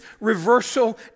reversal